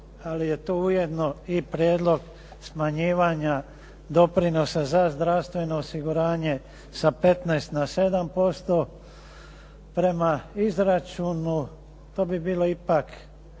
ali je to ujedno i prijedlog smanjivanja doprinosa za zdravstveno osiguranje sa 15 na 7%. Prema izračunu to bi bilo ipak